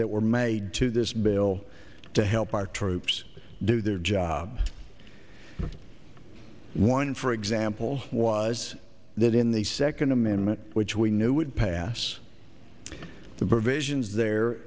that were made to this bill to help our troops do their job one for example was that in the second amendment which we knew would pass the